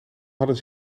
hadden